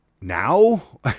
Now